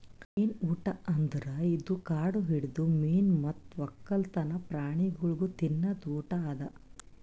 ಮೀನು ಊಟ ಅಂದುರ್ ಇದು ಕಾಡು ಹಿಡಿದ ಮೀನು ಮತ್ತ್ ಒಕ್ಕಲ್ತನ ಪ್ರಾಣಿಗೊಳಿಗ್ ತಿನದ್ ಊಟ ಅದಾ